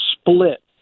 split